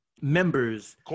members